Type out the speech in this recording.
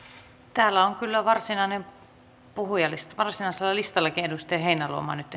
täällä on kyllä varsinainen puhujalista ja varsinaisella listalla edustaja heinäluoma on nyt